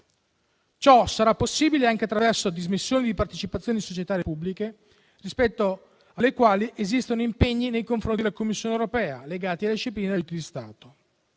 Ciò sarà possibile anche attraverso dismissioni di partecipazioni societarie pubbliche, rispetto alle quali esistono impegni nei confronti della Commissione europea legati alla disciplina sugli aiuti di Stato.